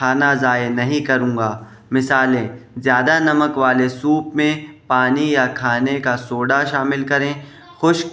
کھانا ضائع نہیں کروں گا مثالیں زیادہ نمک والے سوپ میں پانی یا کھانے کا سوڈا شامل کریں خشک